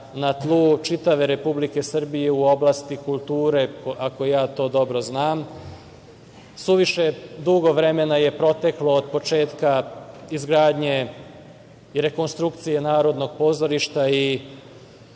na tlu čitave Republike Srbije u oblasti kulture, ako ja to dobro znam. Suviše je dugo vremena proteklo od početka izgradnje i rekonstrukcije Narodnog pozorišta i